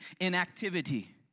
inactivity